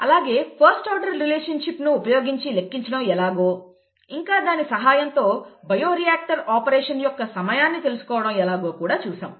అలాగే first order relationship ను ఉపయోగించి లెక్కించడం ఎలాగో ఇంకా దాని సహాయంతో బయో రియాక్టర్ ఆపరేషన్ యొక్క సమయాన్ని తెలుసుకోవడం ఎలాగో కూడా చూసాము